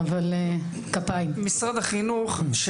שאלה למשרד החינוך: